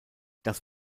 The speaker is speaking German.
das